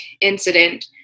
incident